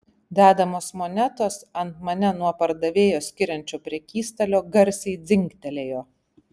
dedamos monetos ant mane nuo pardavėjo skiriančio prekystalio garsiai dzingtelėjo